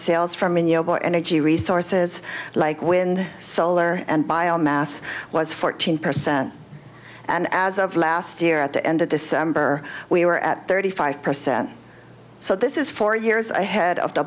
sales from an energy resources like wind solar and bio mass was fourteen percent and as of last year at the end of this we were at thirty five percent so this is four years ahead of the